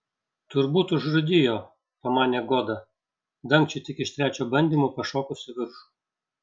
turbūt užrūdijo pamanė goda dangčiui tik iš trečio bandymo pašokus į viršų